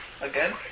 Again